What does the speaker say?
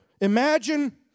Imagine